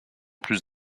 plus